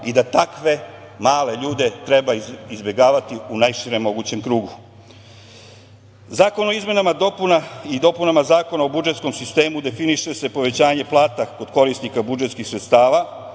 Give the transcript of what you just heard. i da takve male ljude treba izbegavati u najširem mogućem krugu. Zakonom o izmenama i dopunama Zakona o budžetskom sistemu definiše se povećanje plata kod korisnika budžetskih sredstava